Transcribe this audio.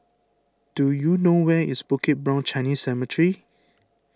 do you know where is Bukit Brown Chinese Cemetery